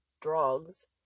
drugs